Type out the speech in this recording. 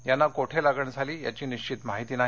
यांना कोठे लागण झाली याची निश्वित माहिती नाही